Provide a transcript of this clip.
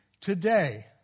Today